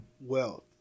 wealth